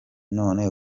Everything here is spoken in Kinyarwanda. none